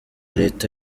leta